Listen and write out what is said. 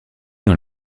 dans